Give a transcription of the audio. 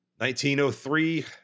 1903